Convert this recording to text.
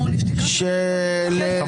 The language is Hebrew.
של קבוצת סיעת חד"ש-תע"ל לא נתקבלה.